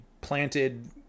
planted